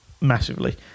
Massively